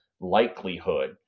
likelihood